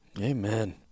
Amen